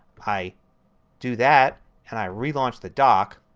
i do that and i relaunch the dock